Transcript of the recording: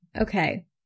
okay